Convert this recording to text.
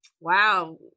Wow